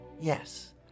Yes